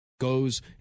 goes